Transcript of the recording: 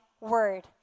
word